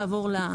(שקף: